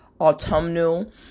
autumnal